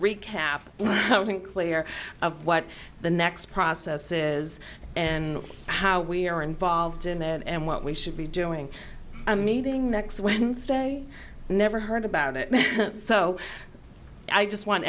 recap clear of what the next process is and how we are involved in that and what we should be doing a meeting next wednesday never heard about it so i just want